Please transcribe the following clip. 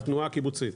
את התנועה הקיבוצית.